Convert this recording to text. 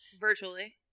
Virtually